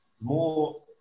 more